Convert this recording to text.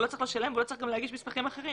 הוא לא צריך לשלם והוא גם לא צריך להגיש מסמכים אחרים.